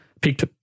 Picked